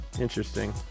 Interesting